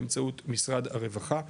באמצעות משרד הרווחה,